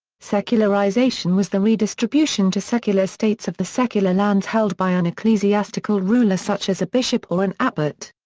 secularization was the redistribution to secular states of the secular lands held by an ecclesiastical ruler such as a bishop or an abbot.